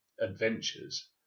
adventures